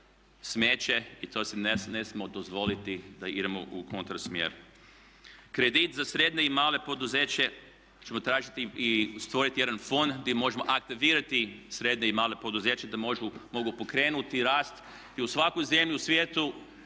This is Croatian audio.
smeća i to si ne smijemo dozvoliti da idemo u kontra smjer. Kredit za srednja i mala poduzeća ćemo tražiti i stvoriti jedan fond gdje možemo aktivirati srednja i mala poduzeća da mogu pokrenuti rast. U svakoj zemlji u svijetu